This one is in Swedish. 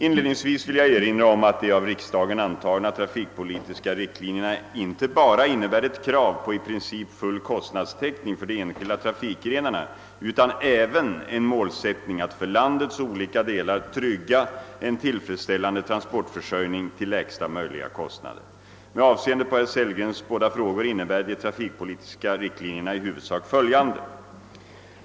Inledningsvis vill jag erinra om att de av riksdagen antagna trafikpolitiska riktlinjerna inte bara innebär ett krav på i princip full kostnadstäckning för de enskilda trafikgrenarna utan även en målsättning att för landets olika delar trygga en tillfredsställande transportförsörjning till lägsta möjliga kostnader. Med avseende på herr Sellgrens båda frågor innebär de trafikpolitiska riktlinjerna i huvudsak följande.